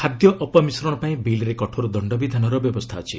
ଖାଦ୍ୟ ଅପମିଶ୍ରଣ ପାଇଁ ବିଲ୍ରେ କଠୋର ଦଶ୍ଚବିଧାନର ବ୍ୟବସ୍ଥା ଅଛି